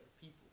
people